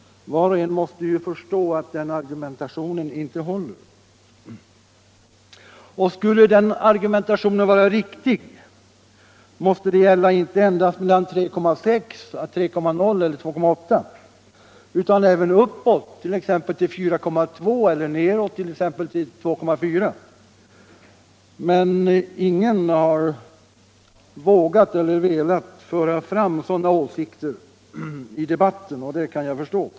Var och en måste förstå att den argumentationen inte håller. Och skulle den vara riktig måste det gälla inte endast mellan 3,6 och 3,0 eller 2,8 926 utan även uppåt, t.ex. upp till 4,2 eller neråt till 2,4 96. Men ingen har vågat eller velat föra fram sådana åsikter i debatten, och det kan jag förstå.